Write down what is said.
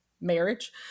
marriage